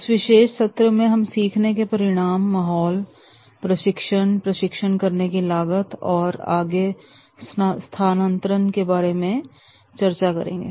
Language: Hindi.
इस विशेष सत्र में हम सीखने के परिणाम माहौल प्रशिक्षण प्रशिक्षण करने की लागत और आगे स्थानांतरण के बारे में चर्चा करेंगे